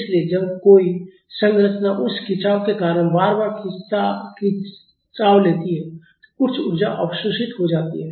इसलिए जब कोई संरचना उस खिंचाव के कारण बार बार खिंचाव लेती है तो कुछ ऊर्जा अवशोषित हो जाती है